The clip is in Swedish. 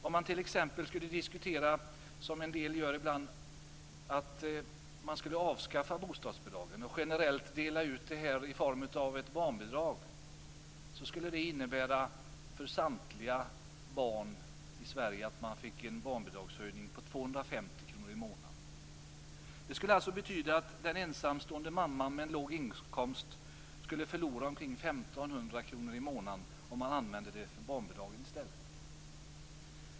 Om man t.ex. skulle diskutera, som en del gör ibland, att avskaffa bostadsbidraget och generellt dela ut det i form av ett barnbidrag, skulle det innebära att samtliga barn i Sverige fick en barnbidragshöjning på 250 kr i månaden. Det skulle alltså betyda att den ensamstående mamman med en låg inkomst skulle förlora ungefär 1 500 kr i månaden om man använde det till barnbidrag i stället.